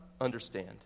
understand